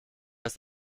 ist